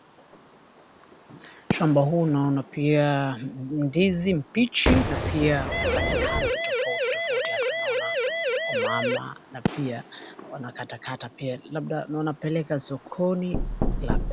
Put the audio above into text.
Shamba huu naona pia ndizi mbichi na pia wafanya kazi tofauti tofauti hasa naona wamama na pia wanakatakata pia labda na wanapeleka sokoni labda.